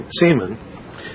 semen